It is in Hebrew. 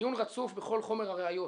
עיון רצוף בכל חומר הראיות,